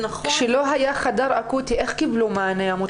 כשלא היה חדר אקוטי איך המותקפות קיבלו מענה?